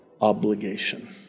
obligation